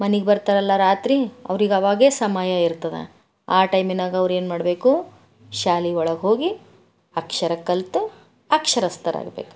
ಮನಿಗೆ ಬರ್ತಾರಲ್ಲ ರಾತ್ರಿ ಅವ್ರಿಗೆ ಆವಾಗೇ ಸಮಯ ಇರ್ತದ ಆ ಟೈಮಿನಾಗ ಅವ್ರು ಏನು ಮಾಡಬೇಕು ಶಾಲೆ ಒಳಗೆ ಹೋಗಿ ಅಕ್ಷರ ಕಲ್ತು ಅಕ್ಷರಸ್ಥರಾಗ್ಬೇಕು